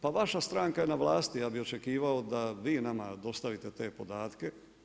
Pa vaša stranka je na vlasti, ja bih očekivao da vi nama dostavite te podatke.